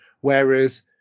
Whereas